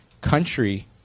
country